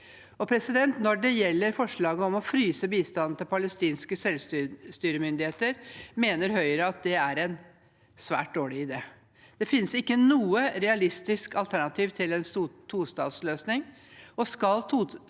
ukrainere. Når det gjelder forslaget om å fryse bistanden til palestinske selvstyremyndigheter, mener Høyre at det er en svært dårlig idé. Det finnes ikke noe realistisk alternativ til en tostatsløsning. Skal tostatsløsningen